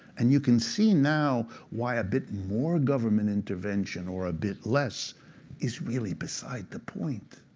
and you can see now why a bit more government intervention or a bit less is really beside the point.